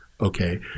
Okay